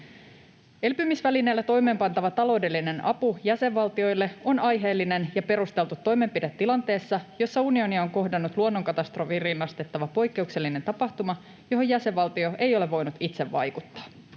Elpymisvälineellä toimeenpantava taloudellinen apu jäsenvaltioille on aiheellinen ja perusteltu toimenpide tilanteessa, jossa unionia on kohdannut luonnonkatastrofiin rinnastettava poikkeuksellinen tapahtuma, johon jäsenvaltio ei ole voinut itse vaikuttaa.